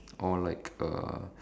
or like uh